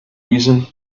reason